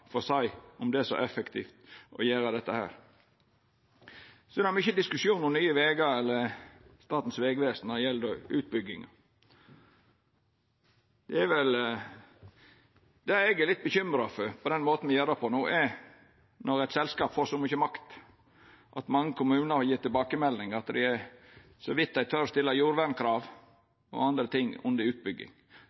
for å seia om det er så effektivt å gjera dette. Det er mykje diskusjon om Nye Vegar og Statens vegvesen når det gjeld utbygging. Det eg er litt bekymra for med den måten me gjer det på no, er at eit selskap får så mykje makt. Mange kommunar har gjeve tilbakemelding om at det er så vidt dei tør stilla krav om jordvern og anna under utbygging.